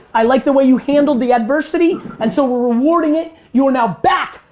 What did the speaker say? i like the way you handled the adversity, and so we're rewarding it. you are now back,